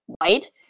white